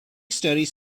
studies